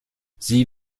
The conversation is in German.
sie